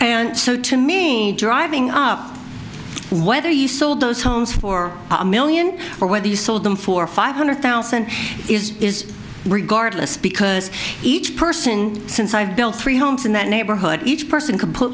so to me driving up whether you sold those homes for a million or whether you sold them for five hundred thousand is is regardless because each person since i've built three homes in that neighborhood each person can put